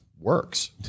works